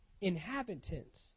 inhabitants